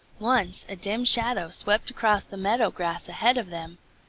once a dim shadow swept across the meadow grass ahead of them.